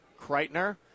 Kreitner